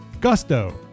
Gusto